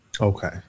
Okay